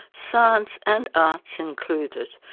science and arts included,